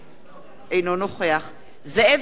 אינו נוכח זאב בילסקי,